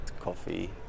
coffee